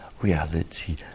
reality